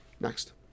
Next